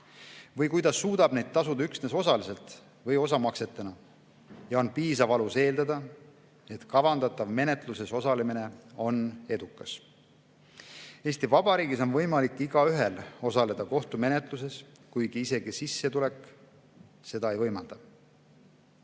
või kui ta suudab neid tasuda üksnes osaliselt või osamaksetena ja on piisav alus eeldada, et kavandatav menetluses osalemine on edukas. Eesti Vabariigis on võimalik igaühel osaleda kohtumenetluses, isegi kui sissetulek seda ei võimalda.